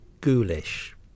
ghoulish